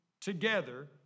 together